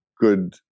good